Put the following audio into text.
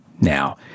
Now